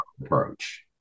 approach